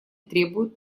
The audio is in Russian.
требуют